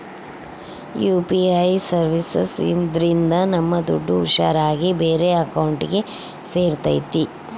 UPI services ಇದ್ರಿಂದ ನಮ್ ದುಡ್ಡು ಹುಷಾರ್ ಆಗಿ ಬೇರೆ ಅಕೌಂಟ್ಗೆ ಸೇರ್ತೈತಿ